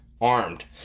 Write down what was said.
armed